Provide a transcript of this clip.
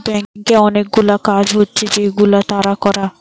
ব্যাংকে অনেকগুলা কাজ হচ্ছে যেগুলা তারা করে